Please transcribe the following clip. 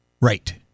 Right